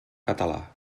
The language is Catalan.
català